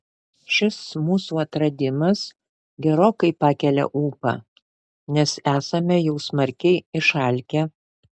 šis mūsų atradimas gerokai pakelia ūpą nes esame jau smarkiai išalkę